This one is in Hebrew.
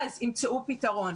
אז ימצאו פתרון.